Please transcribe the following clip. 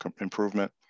improvement